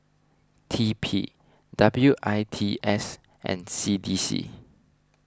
T P W I T S and C D C